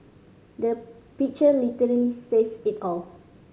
the picture literally says it all